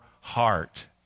heart